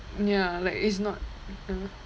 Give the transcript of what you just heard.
ya like it's not